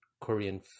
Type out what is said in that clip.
Korean